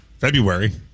February